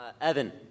Evan